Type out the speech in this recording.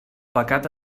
pecat